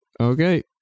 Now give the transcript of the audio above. Okay